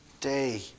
day